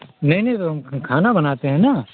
नहीं नहीं सर हम खाना बनाते है न